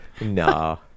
No